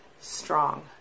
Strong